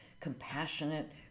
compassionate